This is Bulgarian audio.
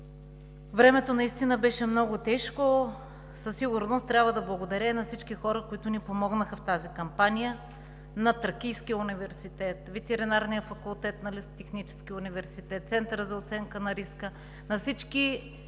Времето наистина беше много тежко! Със сигурност трябва да благодаря и на всички хора, които ни помогнаха в тази кампания: Тракийският университет, Ветеринарният факултет, на Лесотехническия университет, Центърът за оценка на риска, на всички